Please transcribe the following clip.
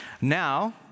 Now